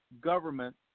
government